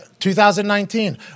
2019